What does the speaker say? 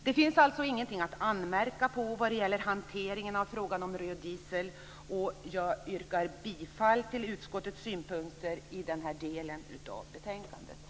Det finns alltså ingenting att anmärka på när det gäller hanteringen av frågan om hanteringen av frågan om röd diesel. Jag yrkar på godkännande av utskottets anmälan i denna del av betänkandet.